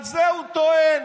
על זה הוא טוען.